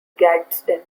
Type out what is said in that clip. gadsden